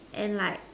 and like